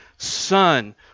Son